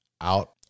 out